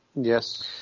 Yes